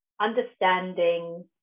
understanding